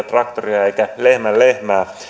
traktoria eikä lehmän lehmää